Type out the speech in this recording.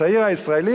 הצעיר הישראלי,